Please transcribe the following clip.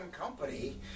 company